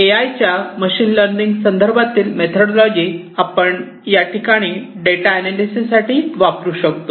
ए I च्या machine learning संदर्भातील methodology आपण याठिकाणी डेटा अनालिसेस साठी वापरू शकतो